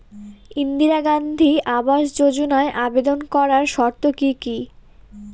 ইন্দিরা গান্ধী আবাস যোজনায় আবেদন করার শর্ত কি কি?